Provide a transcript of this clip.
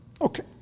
Okay